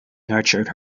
nurtured